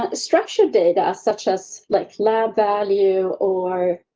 um structure data, such as, like, lab value, or.